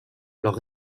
leur